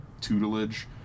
tutelage